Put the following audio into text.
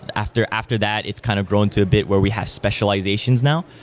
after after that, it's kind of growing to a bit where we have specializations now.